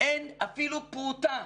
אין אפילו פרוטה.